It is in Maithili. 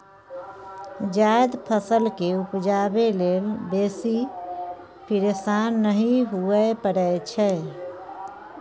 जायद फसल केँ उपजाबै लेल बेसी फिरेशान नहि हुअए परै छै